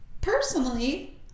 Personally